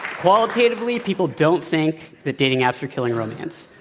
qualitatively, people don't think that dating apps are killing romance.